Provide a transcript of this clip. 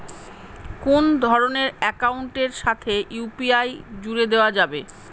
কোন ধরণের অ্যাকাউন্টের সাথে ইউ.পি.আই জুড়ে দেওয়া যাবে?